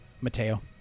Mateo